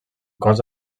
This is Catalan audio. cos